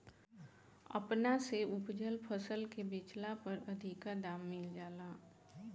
अपना से उपजल फसल के बेचला पर अधिका दाम मिल जाला